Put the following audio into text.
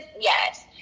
Yes